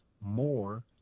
more